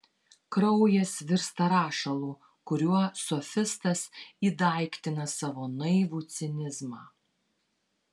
kraujas virsta rašalu kuriuo sofistas įdaiktina savo naivų cinizmą